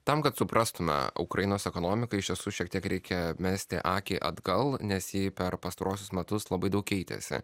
tam kad suprastume ukrainos ekonomiką iš tiesų šiek tiek reikia mesti akį atgal nes ji per pastaruosius metus labai daug keitėsi